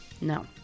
No